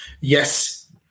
Yes